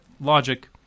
logic